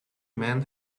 man